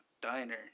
diner